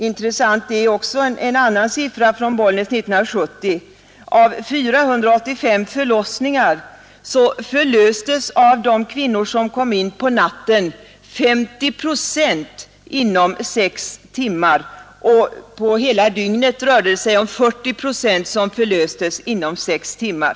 Intressant är också en annan siffra från Bollnäs 1970. Det gällde 485 förlossningar. Av de kvinnor som kom in på natten förlöstes 50 procent inom 6 timmar, och på hela dygnet förlöstes 40 procent inom 6 timmar.